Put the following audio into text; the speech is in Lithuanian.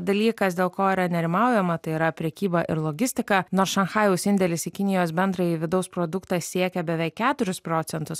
dalykas dėl ko yra nerimaujama tai yra prekyba ir logistika nors šanchajaus indėlis į kinijos bendrąjį vidaus produktą siekia beveik keturis procentus